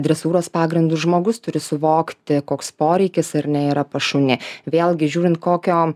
dresūros pagrindus žmogus turi suvokti koks poreikis ar ne yra pas šunį vėlgi žiūrint kokio